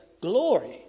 glory